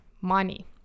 money